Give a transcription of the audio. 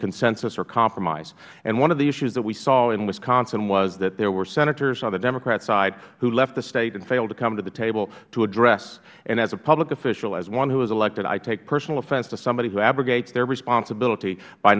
consensus or compromise and one of the issues that we saw in wisconsin was that there were senators on the democrat side who left the state and failed to come to the table to address and as a public official as one who was elected i take personal offense to somebody who abrogates their responsibility by